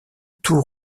tour